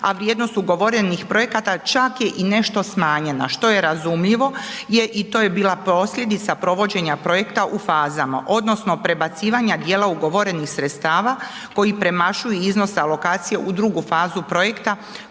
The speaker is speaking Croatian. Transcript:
a vrijednost ugovorenih projekata čak je i nešto smanjena, što je razumljivo jer i to je bila posljedica provođenja projekta u fazama odnosno prebacivanja dijela ugovorenih sredstava koji premašuju iznos alokacije u drugu fazu projekta